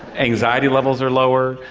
anxiety levels are lower,